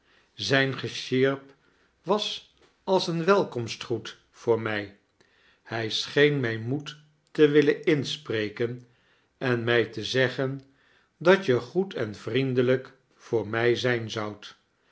zijn gesjaerp was als een welkomstgroet voor mij hij scheen mij moed te willen inspreken en mij te zeggen dat je goed en vrtiehdiamjik voor mij zijn zoudt